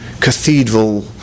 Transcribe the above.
cathedral